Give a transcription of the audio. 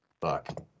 Fuck